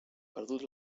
perdut